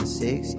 six